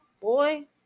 boy